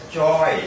joy